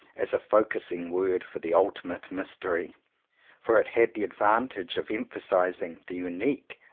as a focusing word for the ultimate mystery for it had the advantage of emphasizing the unique,